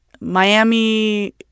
Miami